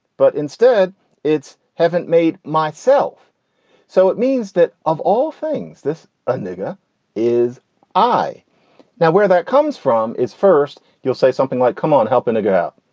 but instead it's. haven't made myself so. it means that of all things this ah nigga is i now where that comes from is first you'll say something like come on, helping a girl.